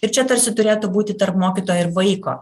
ir čia tarsi turėtų būti tarp mokytojo ir vaiko